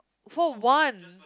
for one